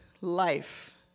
Life